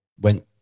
went